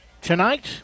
tonight